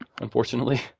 unfortunately